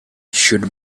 should